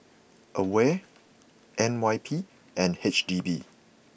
Aware N Y P and H D B